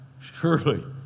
surely